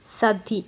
sati